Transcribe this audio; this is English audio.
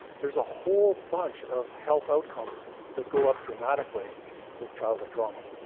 there's a whole bunch of health outcomes that go up dramatically with childhood trauma.